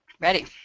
Ready